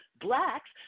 blacks